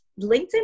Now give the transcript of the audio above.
LinkedIn